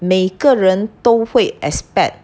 每个人都会 expect